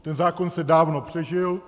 Ten zákon se dávno přežil.